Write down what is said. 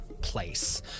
place